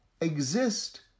exist